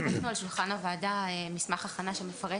הנחנו על שולחן הוועדה מסמך הכנה שמפרט